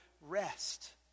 Rest